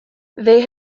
they